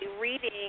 reading